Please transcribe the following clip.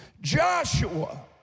Joshua